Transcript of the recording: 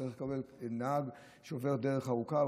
שצריך לקבל נהג שעובר דרך ארוכה.